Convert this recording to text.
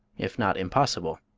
if not impossible.